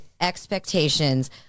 expectations